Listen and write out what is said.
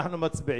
אנחנו מצביעים.